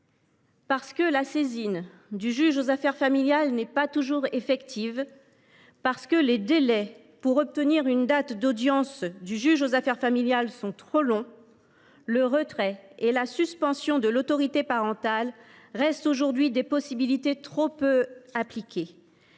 Parce que la saisine du juge aux affaires familiales n’est pas toujours effective, parce que les délais pour obtenir une date d’audience du juge aux affaires familiales sont trop longs, le retrait et la suspension de l’autorité parentale restent aujourd’hui des possibilités trop peu appliquées.